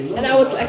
and i was like,